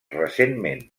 recentment